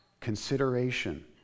Consideration